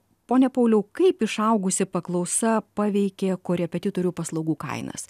pone pauliau kaip išaugusi paklausa paveikė korepetitorių paslaugų kainas